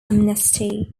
amnesty